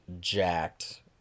jacked